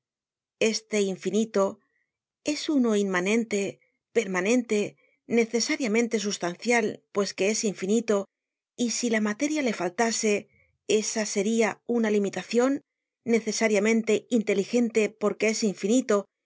este infinito es uno inmanente permanente necesariamente sustancial pues que es infinito y si la materia le fáltase esa seria una limitacion necesariamente inteligente porque es infinito